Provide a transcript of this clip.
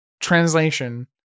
translation